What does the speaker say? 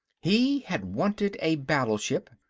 he had wanted a battleship,